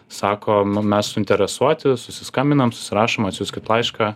sako mes suinteresuoti susiskambinam susirašom atsiųskit laišką